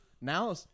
Now